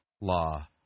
law